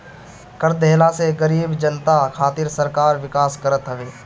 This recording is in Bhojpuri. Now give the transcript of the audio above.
कर देहला से गरीब जनता खातिर सरकार विकास करत हवे